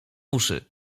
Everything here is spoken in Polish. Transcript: uszy